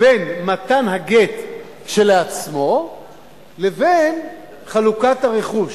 בין מתן הגט כשלעצמו לבין חלוקת הרכוש,